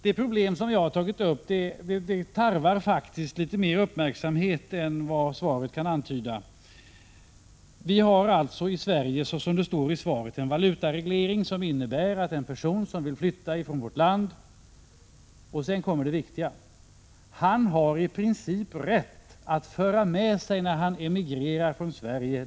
Det problem som jag har tagit upp tarvar faktiskt litet mera uppmärksamhet än vad svaret kan antyda. Vi har alltså i Sverige, så som det står i svaret, en valutareglering som innebär att en person som vill flytta från vårt land — och sedan kommer det viktiga — i princip har rätt att föra med sig det han äger när han emigrerar från Sverige.